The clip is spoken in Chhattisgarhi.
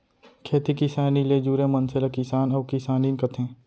खेती किसानी ले जुरे मनसे ल किसान अउ किसानिन कथें